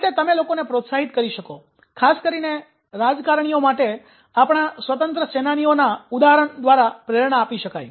આ રીતે તમે લોકોને પ્રોત્સાહિત કરી શકો ખાસ કરી ને રાજકારણીઓ માટે આપણા સ્વાતંત્ર્ય સેનાનીઓ ના ઉદાહરણ દ્વારા પ્રેરણા આપી શકાય